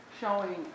showing